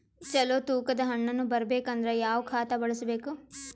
ಚಲೋ ತೂಕ ದ ಹಣ್ಣನ್ನು ಬರಬೇಕು ಅಂದರ ಯಾವ ಖಾತಾ ಬಳಸಬೇಕು?